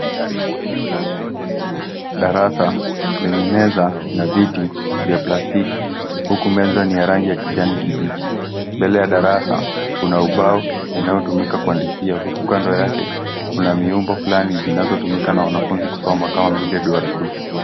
Darasa lenye meza na viti vya plastiki huku meza ni ya rangi ya kijani kibichi. Mbele ya darasa kuna ubao inaotumika kuandikia, huku kando yake kuna miumbo flani zinazotumika na wanafunzi kusoma duara dufu.